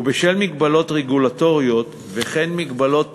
ובשל מגבלות רגולטורית, וכן מגבלות